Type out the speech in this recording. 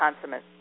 consummate